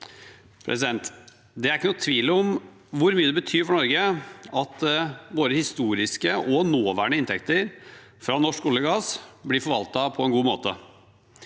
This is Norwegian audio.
Det er ikke noen tvil om hvor mye det betyr for Norge at våre historiske og nåværende inntekter fra norsk olje og gass blir forvaltet på en god måte.